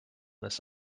this